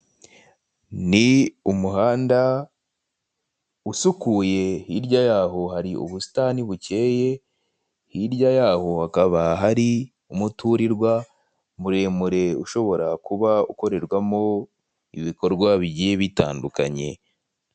Ni umuhanda usukuye hirya yaho hari ubusitani bukeye, hirya yaho hakaba hari umuturirwa muremure ushobora kuba ukorerwamo ibikorwa bigiye bitandukanye.